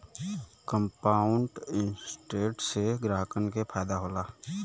compound interest से ग्राहकन के फायदा होला